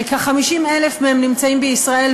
שכ-50,000 מהם נמצאים בישראל,